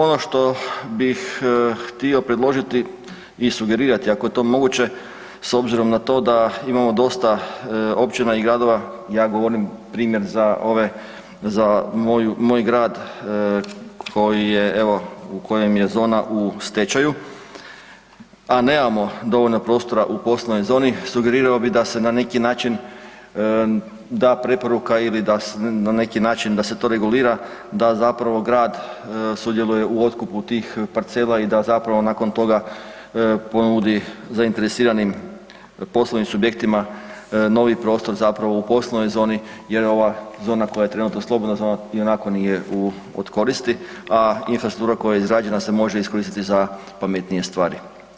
Ono što bih htio predložiti i sugerirati ako je to moguće s obzirom na to da imamo dosta općina i gradova, ja govorim primjer za ove, za moj grad koji je evo, u kojem je zona u stečaju, a nemamo dovoljno prostora u poslovnoj zoni, sugerirao bi da se na neki način da preporuka ili da se na neki način da se to regulira da zapravo grad sudjeluje u otkupu tih parcela i da zapravo nakon toga ponudi zainteresiranim poslovnim subjektima novi prostor zapravo u poslovnoj zoni jer ova zona koja je trenutno slobodna zona, ionako nije od koristi a infrastruktura koja je izgrađena se može iskoristiti za pametnije stvari.